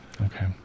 okay